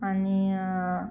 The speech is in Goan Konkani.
आनी